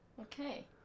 okay